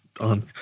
On